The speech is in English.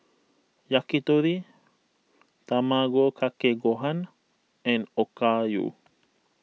Yakitori Tamago Kake Gohan and Okayu